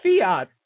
Fiat